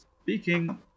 Speaking